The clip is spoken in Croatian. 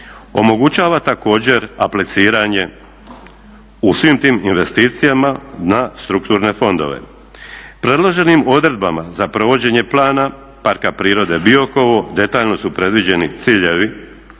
Omogućava također apliciranje u svim tim investicijama na strukturne fondove. Predloženim odredbama za provođenje plana Parka prirode Biokovo detaljno su predviđeni ciljevi